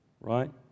right